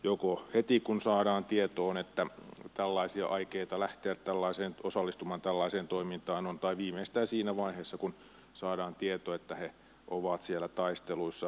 joko heti kun saadaan tietoon että tällaisia aikeita lähteä osallistumaan tällaiseen toimintaa on tai viimeistään siinä vaiheessa kun saadaan tieto että he ovat siellä taisteluissa